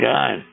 God